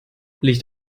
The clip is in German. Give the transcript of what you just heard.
licht